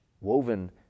woven